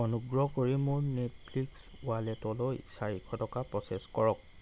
অনুগ্ৰহ কৰি মোৰ নেটফ্লিক্স ৱালেটলৈ চাৰিশ টকা প্ৰ'চেছ কৰক